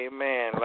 Amen